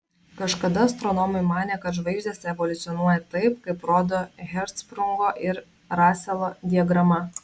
kažkada astronomai manė kad žvaigždės evoliucionuoja taip kaip rodo hercšprungo ir raselo diagrama